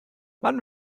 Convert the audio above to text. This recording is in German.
wann